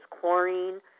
chlorine